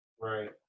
Right